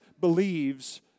believes